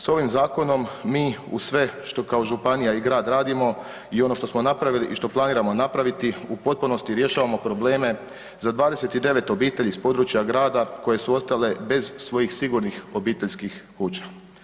S ovim zakonom mi uz sve što kao županija i grad radimo i ono što smo napravili i što planiramo napraviti u potpunosti rješavamo probleme za 29 obitelji s područja grada koje su ostale bez svojih sigurnih obiteljskih kuća.